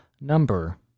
number